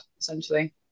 essentially